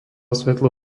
svetlo